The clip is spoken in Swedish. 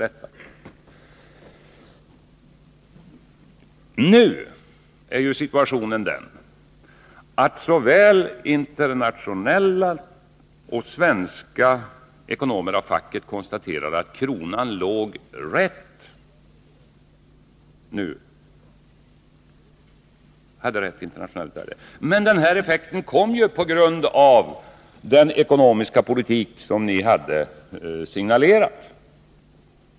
Nu är ju situationen den att såväl internationella som svenska ekonomer av facket konstaterade att kronan låg rätt, att den hade rätt internationellt värde. Men den här effekten uppstod ju på grund av den ekonomiska politik som ni hade signalerat.